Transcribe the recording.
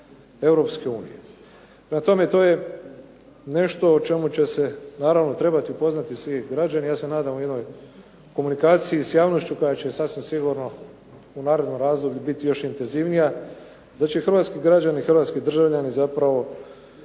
tome, to je nešto o čemu će se naravno trebati upoznati svi građani, ja se nadam u jednoj komunikaciji s javnošću koja će sasvim sigurno u narednom razdoblju biti još intenzivnija, da će i hrvatski građani, hrvatski državljani zapravo